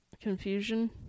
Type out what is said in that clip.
Confusion